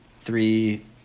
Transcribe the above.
three